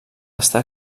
està